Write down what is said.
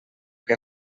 que